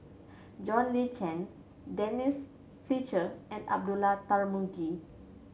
John Le Cain Denise Fletcher and Abdullah Tarmugi